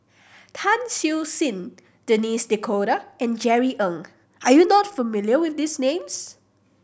Tan Siew Sin Denis D'Cotta and Jerry Ng are you not familiar with these names